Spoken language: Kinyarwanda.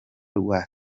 rwa